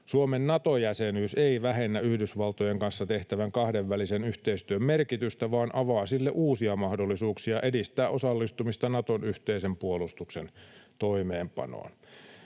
Suomen Nato-jäsenyys ei vähennä Yhdysvaltojen kanssa tehtävän kahdenvälisen yhteistyön merkitystä vaan avaa sille uusia mahdollisuuksia edistää osallistumista Naton yhteisen puolustuksen toimeenpanoon.